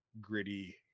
gritty